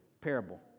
parable